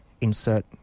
insert